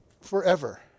forever